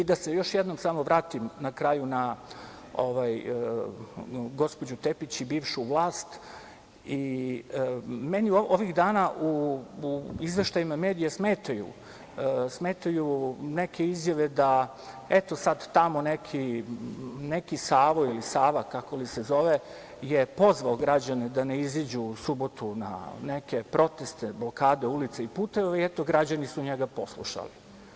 Da se još jednom vratim na kraju na gospođu Tepić i bivšu vlast, meni ovih dana u izveštajima medija smetaju neke izjave, da eto sad neki tamo Sava ili Savo, kako li se zove, je pozvao građane da ne izađu u subotu na neke protest, blokade ulica i puteva i eto, građani su njega poslušali.